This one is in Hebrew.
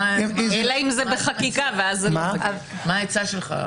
מה העצה שלך?